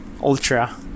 Ultra